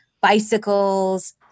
bicycles